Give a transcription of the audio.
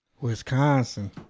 Wisconsin